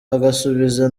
agasubiza